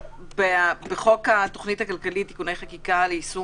בחוק התוכנית הכלכלית (תיקוני חקיקה ליישום